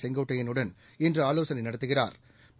செங்கோட்டையனுடன் இன்று ஆலோசனை நடத்துகிறாா்